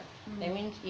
nn